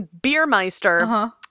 beermeister